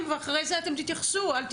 ולאחר מכן אני חוזרת למשרד לביטחון הפנים.